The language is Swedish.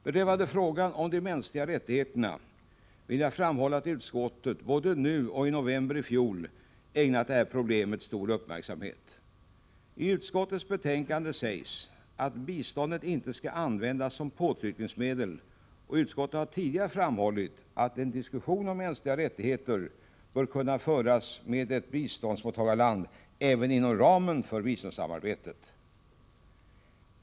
Beträffande frågan om de mänskliga rättigheterna vill jag framhålla att utskottet både nu och i november i fjol ägnat detta problem stor uppmärksamhet. I utskottets betänkande sägs att biståndet inte skall användas som påtryckningsmedel, och utskottet har tidigare framhållit att en diskussion om mänskliga rättigheter bör kunna föras med ett biståndsmottagarland även inom ramen för biståndssamarbetet.